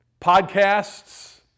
podcasts